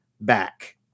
back